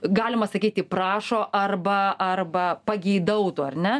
galima sakyti prašo arba arba pageidautų ar ne